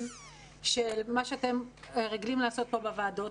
של מה שאתם רגילים לעשות פה בוועדות,